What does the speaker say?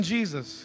Jesus